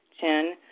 Ten